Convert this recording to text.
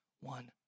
one